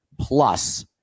plus